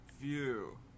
View